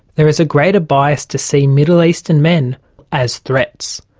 there is a greater bias to see middle eastern men as threats.